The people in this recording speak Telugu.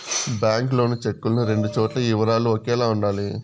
బ్యాంకు లోను చెక్కులను రెండు చోట్ల ఈ వివరాలు ఒకేలా ఉండాలి